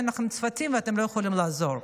אין לכם צוותים ואתם לא יכולים לעזור.